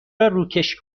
روکش